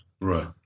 Right